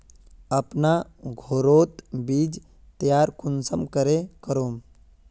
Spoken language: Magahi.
अपना घोरोत बीज तैयार कुंसम करे करूम?